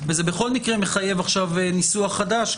וזה בכל מקרה מחייב עכשיו ניסוח חדש,